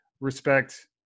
respect